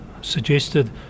suggested